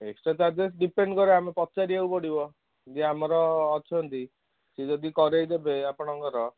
extra charges depend କରେ ଆମେ ପଚାରିବାକୁ ପଡ଼ିବ ଯେ ଆମର ଅଛନ୍ତି ସିଏ ଯଦି କରାଇଦେବେ ଆପଣଙ୍କର